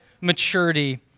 maturity